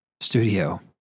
Studio